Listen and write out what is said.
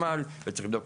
אבל אמרנו שזה בנושא